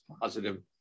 positive